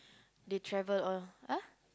they travel all !huh!